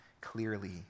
clearly